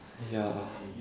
ya